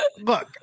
Look